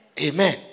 Amen